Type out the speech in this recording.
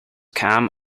calm